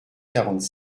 quarante